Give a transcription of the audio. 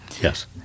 yes